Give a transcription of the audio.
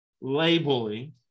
labeling